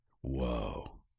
Whoa